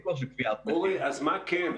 אז מה כן?